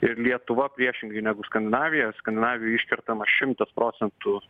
ir lietuva priešingai negu skandinavija skandinavijoj iškertama šimtas procentų